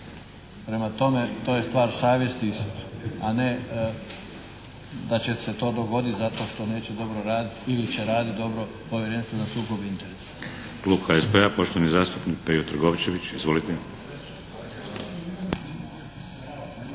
Prema tome, to je stvar savjesti, a ne da će se to dogoditi zato što neće dobro raditi ili će raditi dobro Povjerenstvo za sukob interesa.